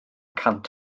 cant